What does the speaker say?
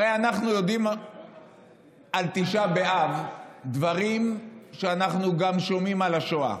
הרי אנחנו יודעים על תשעה באב דברים שאנחנו גם שומעים על השואה.